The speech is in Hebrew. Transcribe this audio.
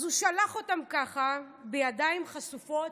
אז הוא שלח אותם ככה, בידיים חשופות,